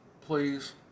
please